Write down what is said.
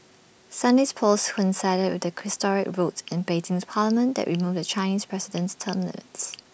Sunday's polls coincided with the historic vote in Beijing's parliament that removed the Chinese president's term limits